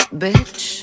bitch